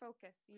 focus